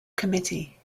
committee